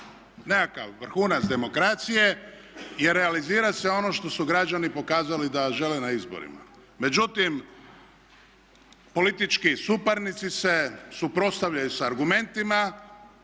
nekakav vrhunac demokracije jer realizira se ono što su građani pokazali da žele na izborima. Međutim, politički suparnici se suprotstavljaju s argumentima